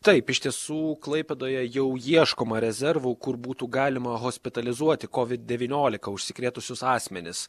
taip iš tiesų klaipėdoje jau ieškoma rezervų kur būtų galima hospitalizuoti covid devyniolika užsikrėtusius asmenis